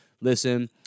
listen